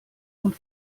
und